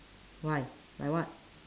why like what